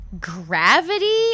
gravity